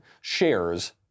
shares